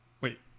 Wait